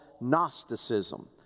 Gnosticism